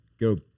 go